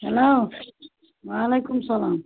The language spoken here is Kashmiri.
ہٮ۪لو وعلیکُم سلام